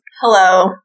hello